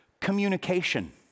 communication